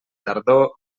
tardor